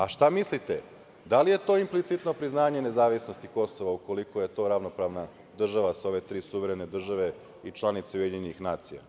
A šta mislite da li je to implicitno priznanje nezavisnosti Kosova ukoliko je to ravnopravna država sa ove tri suverene države i članice Ujedinjenih nacija?